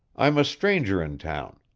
i'm a stranger in town.